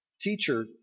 teacher